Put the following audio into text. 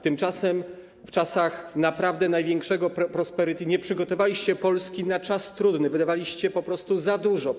Tymczasem w czasach naprawdę największej prosperity nie przygotowaliście Polski na czas trudny, wydawaliście po prostu za dużo.